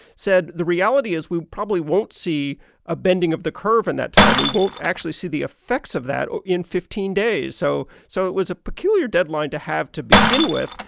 said the reality is we probably won't see a bending of the curve in that time. we won't actually see the effects of that in fifteen days. so so it was a peculiar deadline to have to begin with.